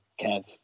Kev